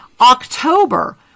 October